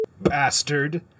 Bastard